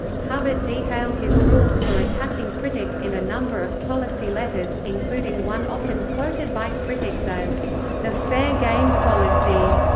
hubbard detailed his rules for attacking critics in a number of policy letters, including one often quoted by critics as the fair game policy.